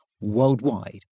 worldwide